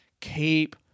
keep